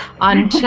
on